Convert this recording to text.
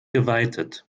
geweitet